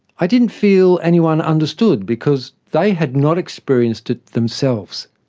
i didn't feel anyone understood because they had not experienced it themselves.